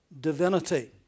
divinity